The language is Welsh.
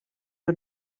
nhw